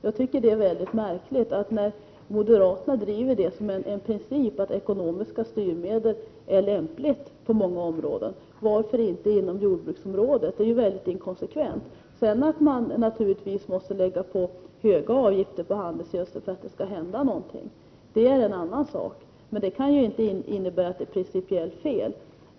Jag tycker att det här är ett väldigt märkligt resonemang. För moderaterna är ju den bärande principen att ekonomiska styrmedel är lämpliga på många områden. Men varför då inte på jordbruksområdet? Här driver moderaterna en mycket inkonsekvent politik. Naturligtvis måste man ha höga avgifter på handelsgödsel för att något skall hända — det är en sak — men det kan väl inte innebära att det principiellt är fel.